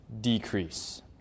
decrease